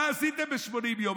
מה עשיתם ב-80 יום?